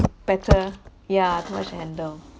better yeah too much to handle